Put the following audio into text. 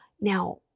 Now